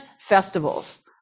festivals